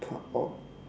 part of